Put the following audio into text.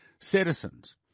Citizens